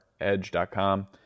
edge.com